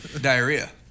Diarrhea